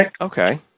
Okay